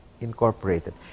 Incorporated